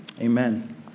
Amen